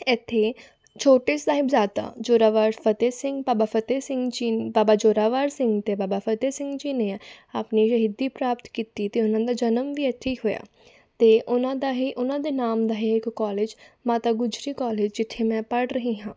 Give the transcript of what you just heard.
ਇੱਥੇ ਛੋਟੇ ਸਾਹਿਬਜ਼ਾਦਾ ਜ਼ੋਰਾਵਰ ਫਤਿਹ ਸਿੰਘ ਬਾਬਾ ਫਤਿਹ ਸਿੰਘ ਜੀ ਬਾਬਾ ਜ਼ੋਰਾਵਰ ਸਿੰਘ ਤੇ ਬਾਬਾ ਫਤਿਹ ਸਿੰਘ ਜੀ ਨੇ ਆਪਣੀ ਸ਼ਹੀਦੀ ਪ੍ਰਾਪਤ ਕੀਤੀ ਅਤੇ ਉਹਨਾਂ ਦਾ ਜਨਮ ਵੀ ਇੱਥੇ ਹੀ ਹੋਇਆ ਅਤੇ ਉਹਨਾਂ ਦਾ ਹੀ ਉਹਨਾਂ ਦੇ ਨਾਮ ਦਾ ਹੀ ਇੱਕ ਕੋਲਜ ਮਾਤਾ ਗੁਜਰੀ ਕੋਲਜ ਜਿੱਥੇ ਮੈਂ ਪੜ੍ਹ ਰਹੀ ਹਾਂ